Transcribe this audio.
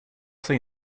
sig